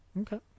Okay